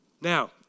Now